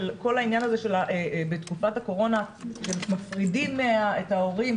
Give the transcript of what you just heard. כל העניין הזה שבתקופת הקורונה מפרידים את ההורים,